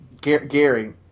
Gary